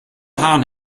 haaren